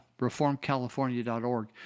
ReformCalifornia.org